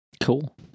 Cool